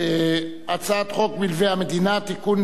הצעת חוק מלווה המדינה (תיקון,